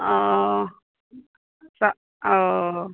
ओ तऽ ओ